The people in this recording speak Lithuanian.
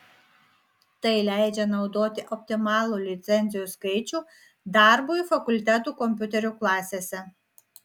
tai leidžia naudoti optimalų licencijų skaičių darbui fakultetų kompiuterių klasėse